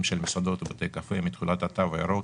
של מסעדות ובתי קפה מתחולת התו הירוק.